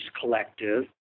Collective